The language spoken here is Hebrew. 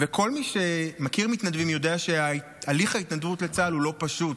וכל מי שמכיר מתנדבים יודע שהליך ההתנדבות לצה"ל הוא לא פשוט.